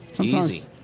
Easy